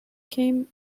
came